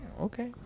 Okay